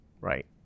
right